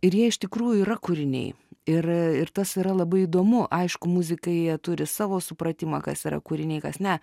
ir jie iš tikrųjų yra kūriniai ir ir tas yra labai įdomu aišku muzikai turi savo supratimą kas yra kūriniai kas ne